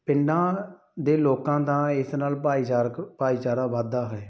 ਪਿੰਡਾਂ ਦੇ ਲੋਕਾਂ ਦਾ ਇਸ ਨਾਲ ਭਾਈਚਾਰਕ ਭਾਈਚਾਰਾ ਵੱਧਦਾ ਹੈ